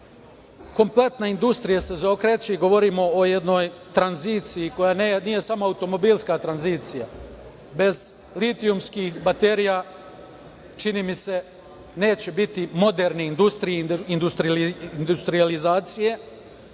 kompletna industrija se zaokreće i govorimo o jednoj tranziciji koja nije samo automobilska tranzicija bez litijumskih baterija i baterija, čini mi se neće biti moderne industrije i industrijalizacije,